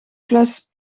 fles